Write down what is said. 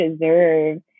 deserve